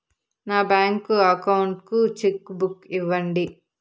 నా bank account కు cheque book ఇవ్వండి